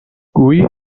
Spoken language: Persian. گویی